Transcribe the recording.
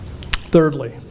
Thirdly